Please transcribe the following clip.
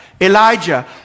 Elijah